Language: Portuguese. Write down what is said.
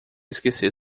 esquecer